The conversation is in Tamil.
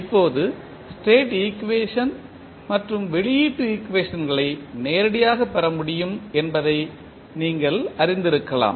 இப்போது ஸ்டேட் ஈக்குவேஷன் மற்றும் வெளியீட்டு ஈக்குவேஷன்களை நேரடியாகப் பெற முடியும் என்பதை நீங்கள் அறிந்திருக்கலாம்